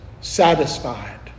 satisfied